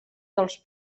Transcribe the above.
dels